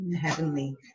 heavenly